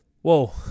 Whoa